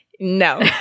No